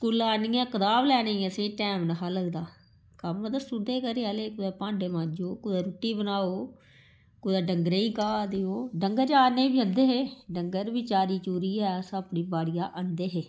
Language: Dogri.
स्कूला आह्नियै कताब लैने असें टाइम नेहा लगदा कम्म दसुदे घरा आह्ले कुदै भांडे मांजो कुदै रुट्टी बनाओ कुतै डंगरे गी घाह् देओ डंगर चारने बी जंदे हे डंगर बी चारी चुरियै अस अपनी बाड़िया आह्नदे हे